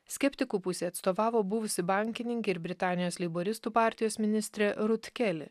skeptikų pusei atstovavo buvusi bankininkė ir britanijos leiboristų partijos ministrė rut keli